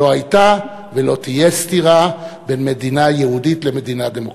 שלא הייתה ולא תהיה סתירה בין מדינה יהודית למדינה דמוקרטית.